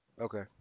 Okay